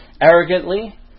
arrogantly